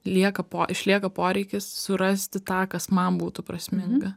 lieka po išlieka poreikis surasti tą kas man būtų prasminga